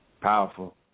Powerful